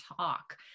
talk